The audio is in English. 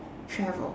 travel